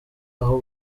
aho